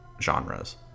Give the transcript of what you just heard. genres